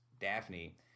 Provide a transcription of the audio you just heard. Daphne